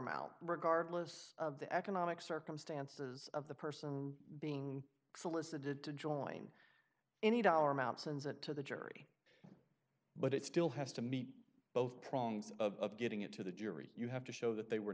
amount regardless of the economic circumstances of the person being solicited to join any dollar amount sends it to the jury but it still has to meet both prongs of getting it to the jury you have to show that they were